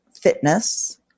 Fitness